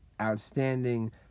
outstanding